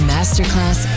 Masterclass